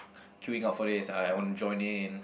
queuing up for this uh I want join in